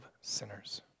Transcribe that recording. sinners